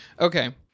Okay